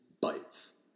Bites